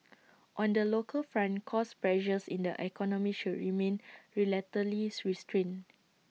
on the local front cost pressures in the economy should remain relatively restrained